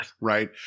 Right